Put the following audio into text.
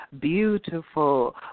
beautiful